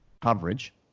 coverage